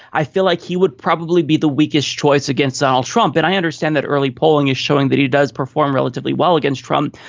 i feel like he would probably be the weakest choice against donald trump. and i understand that early polling is showing that he does perform relatively well against trump.